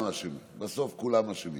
בסוף כולנו אשמים.